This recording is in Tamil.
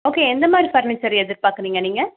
ஓகே எந்த மாதிரி ஃபர்னீச்சர் எதிர் பார்க்கறீங்க நீங்கள்